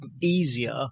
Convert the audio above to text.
easier